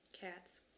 Cats